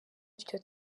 iryo